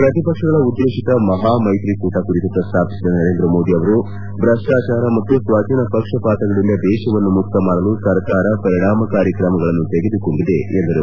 ಪ್ರತಿಪಕ್ಸಗಳ ಉದ್ದೇಶಿತ ಮಹಾಮ್ನೆತ್ರಿಕೂಟ ಕುರಿತು ಪ್ರಸ್ತಾಪಿಸಿದ ನರೇಂದ್ರ ಮೋದಿ ಅವರು ಭ್ರಷ್ಲಾಚಾರ ಮತ್ತು ಸ್ನಜನ ಪಕ್ಷಪಾತಗಳಿಂದ ದೇಶವನ್ನು ಮುಕ್ತಮಾಡಲು ಸರ್ಕಾರ ಪರಿಣಾಮಕಾರಿ ಕ್ರಮಗಳನ್ನು ತೆಗೆದುಕೊಂಡಿದೆ ಎಂದರು